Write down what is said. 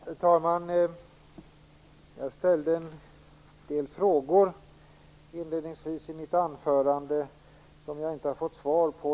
Fru talman! Jag ställde inledningsvis i mitt anförande en del frågor som jag inte har fått svar på.